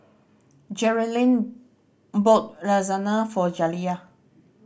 jerilynn bought Lasagna for Jaliyah